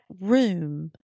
room